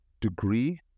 degree